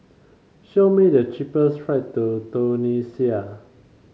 show me the cheapest flight to Tunisia